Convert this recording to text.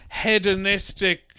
hedonistic